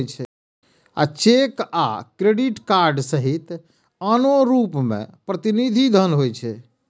cheque आ credit card सहित आनो रूप मे प्रतिनिधि धन होइ छै